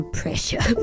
pressure